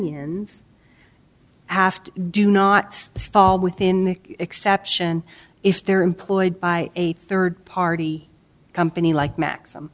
unions have to do not fall within the exception if they're employed by a third party company like maxim